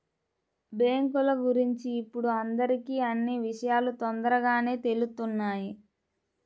బ్యేంకుల గురించి ఇప్పుడు అందరికీ అన్నీ విషయాలూ తొందరగానే తెలుత్తున్నాయి